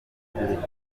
kwirinda